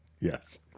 Yes